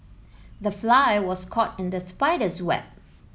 the fly was caught in the spider's web